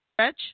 stretch